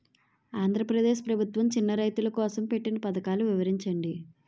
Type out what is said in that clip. ఆంధ్రప్రదేశ్ ప్రభుత్వ చిన్నా రైతుల కోసం పెట్టిన పథకాలు వివరించండి?